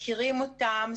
מכירים אותם,